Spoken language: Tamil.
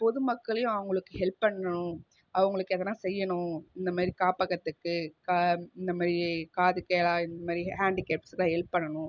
பொதுமக்களையும் அவங்களுக்கு ஹெல்ப் பண்ணணும் அவங்களுக்கு எதுனா செய்யணும் இந்தமாதிரி காப்பகத்துக்கு க இந்தமாதிரி காது கேளா இந்தமாதிரி ஹேண்டிகேப்ஸ்க்குலாம் ஹெல்ப் பண்ணணும்